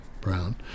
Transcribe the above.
brown